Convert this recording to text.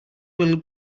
will